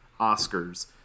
Oscars